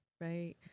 Right